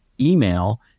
email